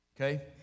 okay